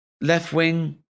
left-wing